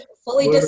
Fully